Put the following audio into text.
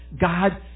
God